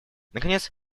наконец